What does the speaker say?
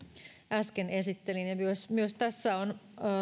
äsken esittelin myös tässä on